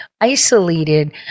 isolated